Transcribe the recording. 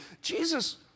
Jesus